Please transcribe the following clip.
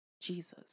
Jesus